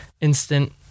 instant